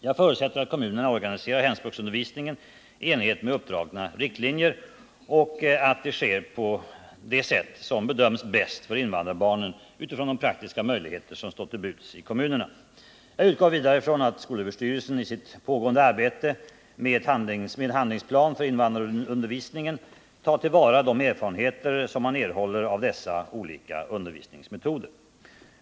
Jag förutsätter att kommunerna organiserar hemspråksundervisningen i enlighet med uppdragna riktlinjer och att det sker på det sätt som bedöms bäst för invandrarbarnen utifrån de praktiska möjligheter som står till buds i kommunerna. Jag utgår vidare från att SÖ i sitt pågående arbete med en handlingsplan för invandrarundervisningen tar till vara de erfarenheter som man erhåller av dessa olika undervisningsmetoder.